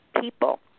people –